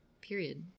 period